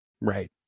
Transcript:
Right